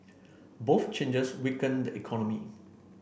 both changes weaken the economy